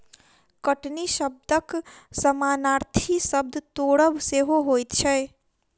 कटनी शब्दक समानार्थी शब्द तोड़ब सेहो होइत छै